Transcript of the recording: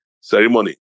ceremony